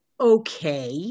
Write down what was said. okay